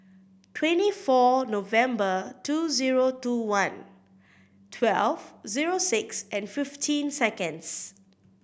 twenty four November two zero two one twelve zero six and fifteen seconds